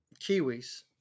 Kiwis